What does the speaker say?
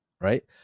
right